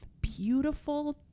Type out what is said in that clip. beautiful